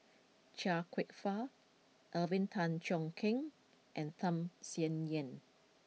Chia Kwek Fah Alvin Tan Cheong Kheng and Tham Sien Yen